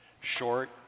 short